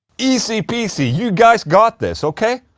easy peasy, you guys got this, okay?